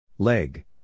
Leg